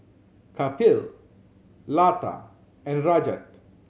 Kapil Lata and Rajat